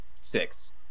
six